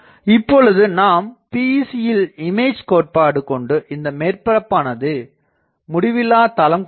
இப்பொழுது நாம் PEC யில் இமேஜ் கோட்பாடு கொண்டு இந்த மேற்பரப்புஆனது முடிவில்லா தளம் கொண்டது